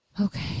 Okay